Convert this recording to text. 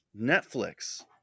Netflix